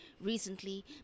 recently